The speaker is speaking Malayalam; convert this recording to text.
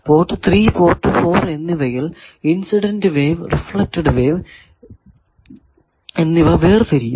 പോർട്ട് 3 പോർട്ട് 4 എന്നിവയിൽ ഇൻസിഡന്റ് വേവ് റിഫ്ലെക്ടഡ് വേവ് എന്നിവ വേർതിരിയുന്നു